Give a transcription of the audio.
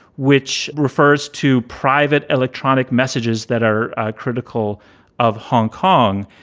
which refers to private electronic messages that are critical of hong kong.